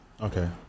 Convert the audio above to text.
Okay